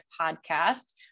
podcast